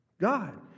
God